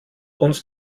uns